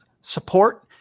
support